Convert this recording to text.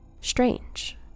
Strange